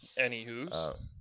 Anywho's